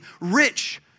rich